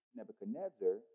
Nebuchadnezzar